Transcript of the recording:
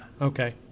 Okay